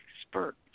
spurt